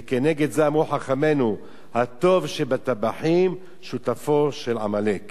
וכנגד זה אמרו חכמינו: הטוב שבטבחים שותפו של עמלק".